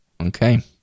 okay